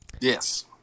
Yes